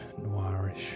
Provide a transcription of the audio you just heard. noirish